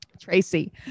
Tracy